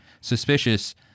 Suspicious